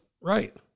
right